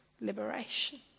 liberation